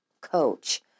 coach